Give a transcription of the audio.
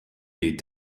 est